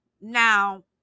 Now